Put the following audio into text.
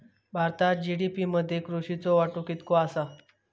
भारतात जी.डी.पी मध्ये कृषीचो वाटो कितको आसा?